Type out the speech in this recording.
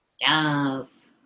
Yes